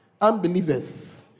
Unbelievers